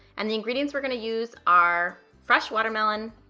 and the ingredients we're gonna use are fresh watermelon,